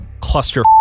Cluster